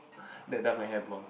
then dye my hair blonde